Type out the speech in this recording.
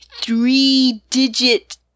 three-digit